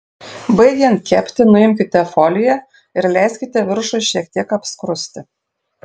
baigiant kepti nuimkite foliją ir leiskite viršui šiek tiek apskrusti